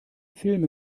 filme